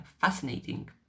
fascinating